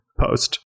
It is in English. post